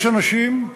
יש אנשים,